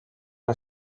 una